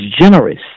generous